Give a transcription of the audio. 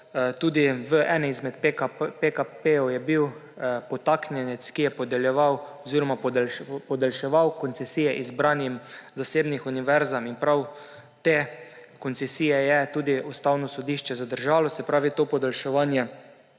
Tudi v enem izmed PKP je bil podtaknjenec, ki je podaljševal koncesije izbranim zasebnim univerzam in prav te koncesije je Ustavno sodišče zadržalo −, se pravi to podaljševanje.